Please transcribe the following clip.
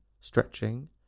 stretching